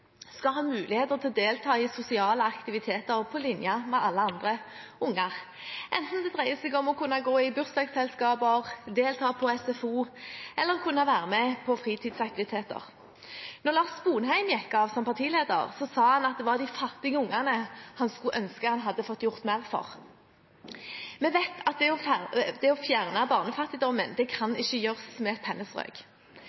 skal ha muligheter til å delta i sosiale aktiviteter på linje med alle andre barn – enten det dreier seg om å kunne gå i bursdagsselskaper, delta på SFO eller kunne være med på fritidsaktiviteter. Da Lars Sponheim gikk av som partileder, sa han at det var de fattige barna han skulle ønske han hadde fått gjort mer for. Vi vet at det å fjerne barnefattigdommen ikke kan gjøres med et pennestrøk, men det er mange ting vi kan